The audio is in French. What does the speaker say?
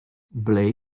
blake